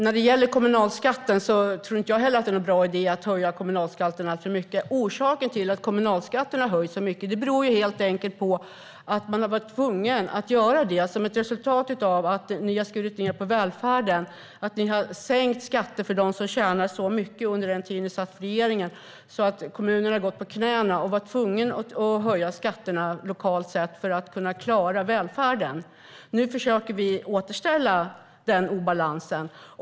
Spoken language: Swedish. Fru talman! Jag tror inte heller att det är en bra idé att höja kommunalskatterna alltför mycket. Orsaken till att kommunalskatterna höjs så mycket är att kommunerna har varit tvungna att göra så som ett resultat av att Alliansen har skurit ned på välfärden. Ni sänkte skatterna för dem som tjänar mycket under er tid i regeringen så att kommunerna nu går på knäna, och de har varit tvungna att höja skatterna lokalt för att klara välfärden. Nu försöker vi återställa obalansen.